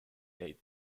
eight